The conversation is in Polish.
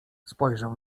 spojrzał